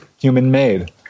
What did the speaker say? human-made